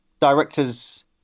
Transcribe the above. director's